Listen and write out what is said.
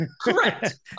Correct